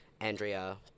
Andrea